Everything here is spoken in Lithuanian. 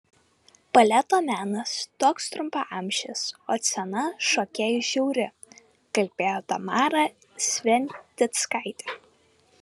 baleto menas toks trumpaamžis o scena šokėjui žiauri kalbėjo tamara sventickaitė